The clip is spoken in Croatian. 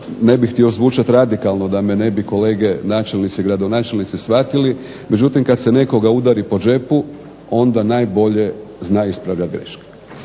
ne bih htio zvučati radikalno da me ne bi kolege načelnici, gradonačelnici shvatili, međutim kad se nekoga udari po džepu onda najbolje zna ispravljati greške.